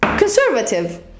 conservative